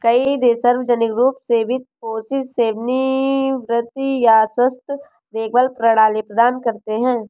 कई देश सार्वजनिक रूप से वित्त पोषित सेवानिवृत्ति या स्वास्थ्य देखभाल प्रणाली प्रदान करते है